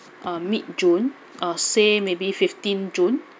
uh mid june uh say maybe fifteen june